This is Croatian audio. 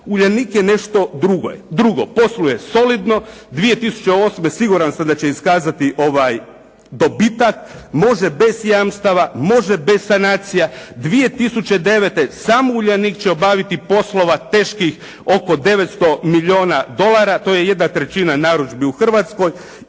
"Uljanik" je nešto drugo. Posluje solidno. 2008. siguran sam da će iskazati dobitak. Može bez jamstava, može bez sanacija. 2009. samo "Uljanik" će obaviti poslova teških oko 900 milijuna dolara, to je jedna trećina narudžbe u Hrvatskoj